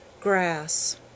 GRASS